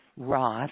Roth